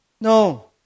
No